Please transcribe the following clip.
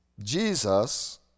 jesus